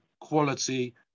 quality